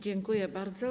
Dziękuję bardzo.